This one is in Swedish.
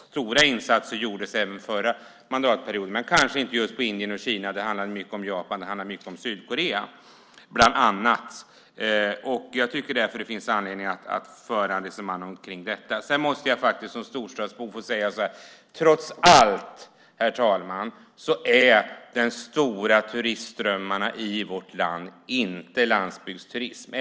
Stora insatser gjordes även under förra mandatperioden men kanske inte på just Indien och Kina, utan det handlade mycket om bland annat Japan och Sydkorea. Jag tycker därför att det finns anledning att föra ett resonemang om detta. Som storstadsbo måste jag faktiskt få säga att de stora turistströmmarna i vårt land, herr talman, trots allt inte gäller landsbygdsturismen.